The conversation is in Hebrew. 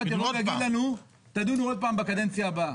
יבוא ויגיד לנו שנדון עוד פעם בקדנציה הבאה?